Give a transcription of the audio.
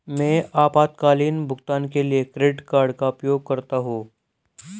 मैं आपातकालीन भुगतान के लिए क्रेडिट कार्ड का उपयोग करता हूं